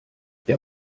der